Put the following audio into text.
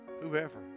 whoever